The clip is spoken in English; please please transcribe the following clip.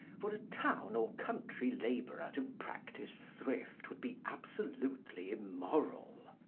for a town or country labourer to practise thrift would be absolutely immoral.